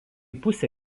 pusė